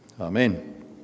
Amen